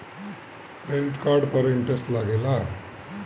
Credit card पर interest लागेला?